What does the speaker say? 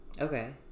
Okay